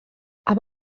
amb